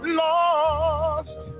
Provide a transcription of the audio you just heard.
lost